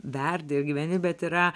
verdi ir gyveni bet yra